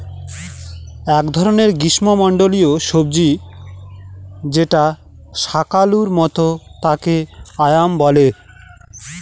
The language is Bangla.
এক ধরনের গ্রীস্মমন্ডলীয় সবজি যেটা শাকালুর মত তাকে য়াম বলে